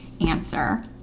answer